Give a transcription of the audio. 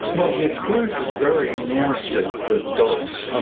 well, the experiences vary enormously with dose um